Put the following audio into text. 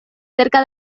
cerca